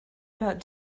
about